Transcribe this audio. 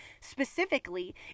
specifically